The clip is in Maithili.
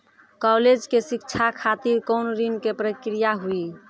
कालेज के शिक्षा खातिर कौन ऋण के प्रक्रिया हुई?